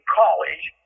college